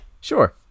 Sure